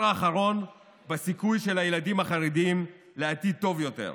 האחרון בסיכוי של הילדים החרדים לעתיד טוב יותר,